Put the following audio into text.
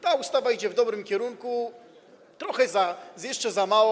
Ta ustawa idzie w dobrym kierunku, trochę jeszcze za mało.